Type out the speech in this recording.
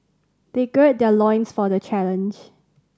they gird their loins for the challenge